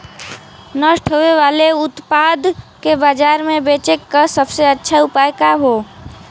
नष्ट होवे वाले उतपाद के बाजार में बेचे क सबसे अच्छा उपाय का हो?